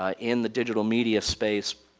ah in the digital media space,